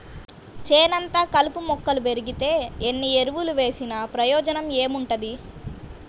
చేనంతా కలుపు మొక్కలు బెరిగితే ఎన్ని ఎరువులు వేసినా ప్రయోజనం ఏముంటది